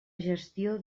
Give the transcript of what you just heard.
gestió